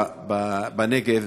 חורה, בנגב,